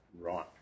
Right